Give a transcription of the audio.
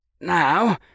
Now